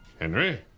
Henry